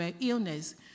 illness